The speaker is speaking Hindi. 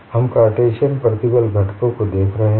हम कार्टेशियन प्रतिबल घटकों को देख रहे हैं